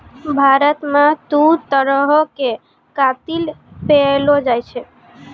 भारत मे दु तरहो के कातिल पैएलो जाय छै